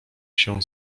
się